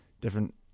different